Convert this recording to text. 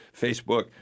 Facebook